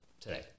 today